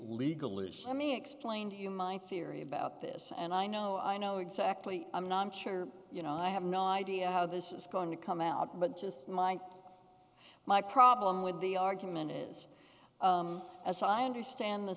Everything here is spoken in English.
legal issue me explain to you my fear about this and i know i know exactly i'm not sure you know i have no idea how this is going to come out but just mine my problem with the argument is as i understand the